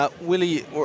Willie